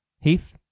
Heath